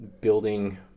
building